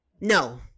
No